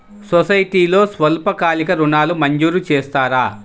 సొసైటీలో స్వల్పకాలిక ఋణాలు మంజూరు చేస్తారా?